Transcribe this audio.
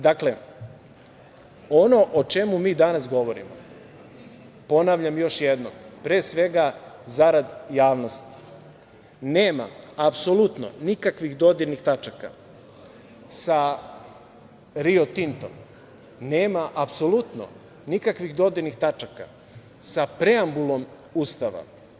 Dakle, ono o čemu mi danas govorimo, ponavljam još jednom, pre svega zarad javnosti, nema apsolutno nikakvih dodirnih tačaka sa Rio Tintom, nema apsolutno nikakvih dodirnih tačaka sa preambulom Ustava.